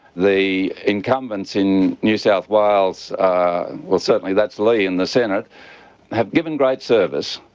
the incumbents in new south wales well, certainly that's lee in the senate have given great service,